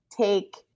take